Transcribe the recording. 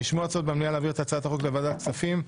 נשמעו הצעות במליאה להעביר את הצעת החוק לוועדת כספים.